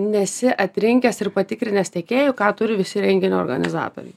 nesi atrinkęs ir patikrinęs tiekėjų ką turi visi renginio organizatoriai